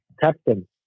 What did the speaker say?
captain